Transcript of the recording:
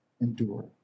endure